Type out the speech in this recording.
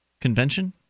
convention